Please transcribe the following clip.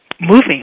moving